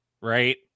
right